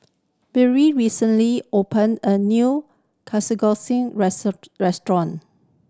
Bree recently opened a new restaurant